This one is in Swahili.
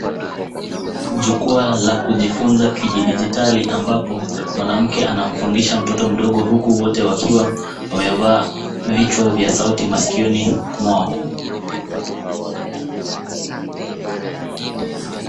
Jukwaa la kujifunza kidijitali ambapo mwanamke anamfundisha mtoto mdogo huku wote wakiwa wamevaa vichwa vya sauti maskioni mwao.